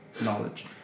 knowledge